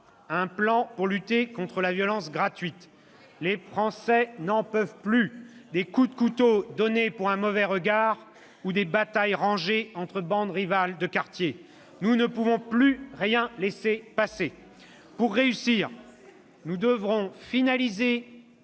un plan pour lutter contre la violence gratuite. Les Français n'en peuvent plus des coups de couteau donnés pour un mauvais regard ou des batailles rangées entre bandes rivales. Nous ne devons plus rien laisser passer. « Pour réussir, nous devrons finaliser